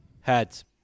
Heads